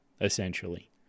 essentially